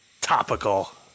Topical